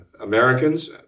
Americans